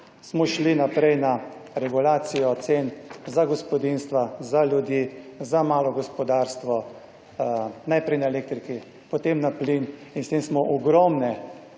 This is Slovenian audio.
smo šli naprej na regulacijo cen za gospodinjstva, za ljudi, za malo gospodarstvo, najprej na elektriki, potem na plin in s tem smo ogromne